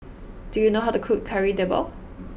do you know how to cook Kari Debal